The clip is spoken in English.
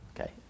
Okay